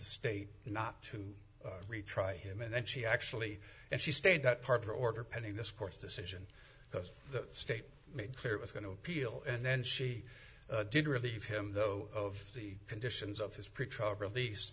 state not to retry him and then she actually and she stayed that part of her order pending this court's decision because the state made clear it was going to appeal and then she did relieve him though of the conditions of his pre